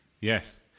yes